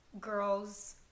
girls